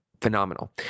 phenomenal